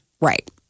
Right